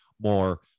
more